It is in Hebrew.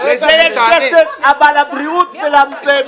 לזה יש כסף, אבל לבריאות אין כסף.